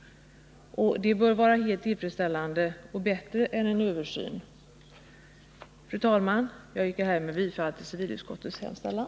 Det bör vara helt tillfredsställande och bättre än en översyn. Fru talman! Jag yrkar härmed bifall till civilutskottets hemställan.